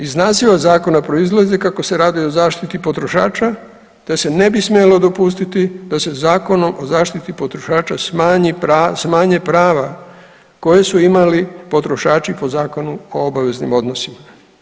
Iz naziva zakona proizlazi kako se radi o zaštiti potrošača, te se ne bi smjelo dopustiti da se Zakonom o zaštiti potrošača smanje prava koje su imali potrošači po Zakonu o obaveznim odnosima.